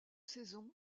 saison